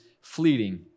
fleeting